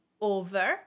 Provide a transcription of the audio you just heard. over